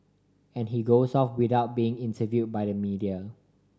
and he goes off without being interview by the media